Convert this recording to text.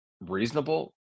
reasonable